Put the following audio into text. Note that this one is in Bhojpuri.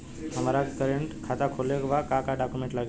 हमारा के करेंट खाता खोले के बा का डॉक्यूमेंट लागेला?